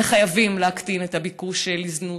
אלא חייבים להקטין את הביקוש לזנות,